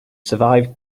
survived